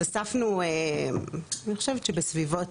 אז אספנו אני חושבת שבסביבות,